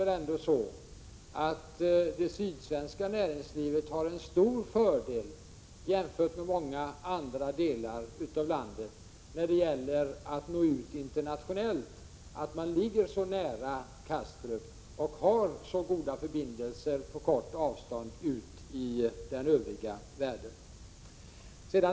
Allmänt sett har ändå det sydsvenska näringslivet en stor fördel, jämfört med näringslivet i många andra delar av landet, när det gäller att nå ut internationellt, att man ligger så nära Kastrup och har så goda förbindelser på kort avstånd ut i den övriga världen.